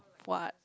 what